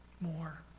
more